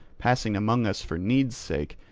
passing among us for need's sake,